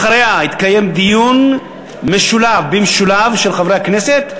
אחרי כן יתקיים דיון במשולב של חברי הכנסת,